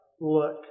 look